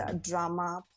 drama